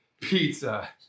Pizza